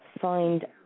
find